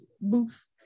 boobs